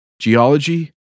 geology